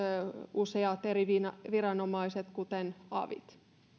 useat eri viranomaiset kuten avit